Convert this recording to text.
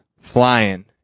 flying